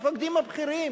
למפקדים הבכירים.